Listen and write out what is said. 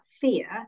fear